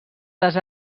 les